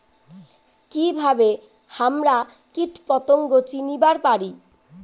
কিভাবে হামরা কীটপতঙ্গ চিনিবার পারি?